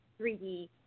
3D